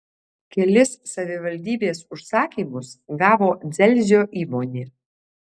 kelis savivaldybės užsakymus gavo dzelzio įmonė